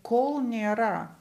kol nėra